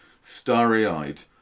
starry-eyed